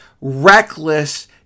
reckless